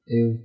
eu